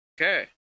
Okay